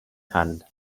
hand